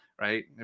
right